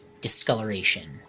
discoloration